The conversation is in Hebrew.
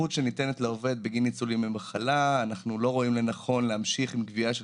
אנחנו לא רואים לנכון להמשיך עם גבייה של